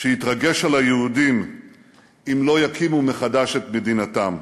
שיתרגש על היהודים אם לא יקימו מחדש את מדינתם.